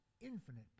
infinite